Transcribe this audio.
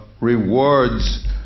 rewards